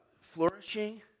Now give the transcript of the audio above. flourishing